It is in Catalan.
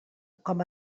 com